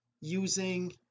using